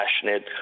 passionate